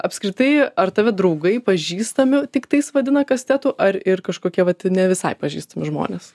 apskritai ar tave draugai pažįstami tiktais vadina kastetu ar ir kažkokie vat ne visai pažįstami žmonės